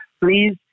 please